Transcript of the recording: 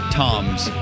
toms